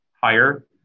higher